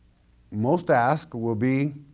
most asked will be